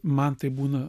man taip būna